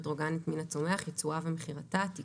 אורגנית מן הצומח ייצורה ומכירתה)(תיקון),